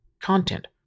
content